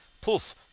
poof